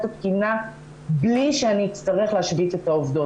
התקינה בלי שאני אצטרך להשבית את העובדות.